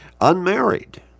unmarried